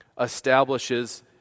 establishes